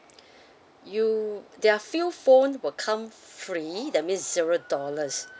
you there are few phone will come free that means zero dollars